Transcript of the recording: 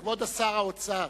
כבוד שר האוצר,